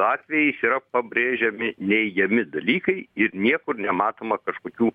atvejais yra pabrėžiami neigiami dalykai ir niekur nematoma kažkokių